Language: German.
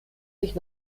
sich